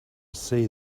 see